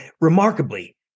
remarkably